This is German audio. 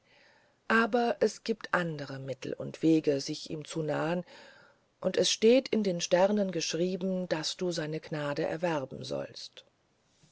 aber es gibt andere mittel und wege sich ihm zu nahen und es steht in den sternen geschrieben daß du seine gnade erwerben sollst